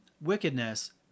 wickedness